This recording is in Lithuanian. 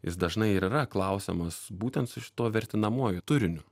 jis dažnai ir yra klausiamas būtent su šituo vertinamuoju turiniu